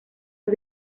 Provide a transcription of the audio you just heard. los